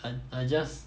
I I just